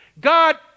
God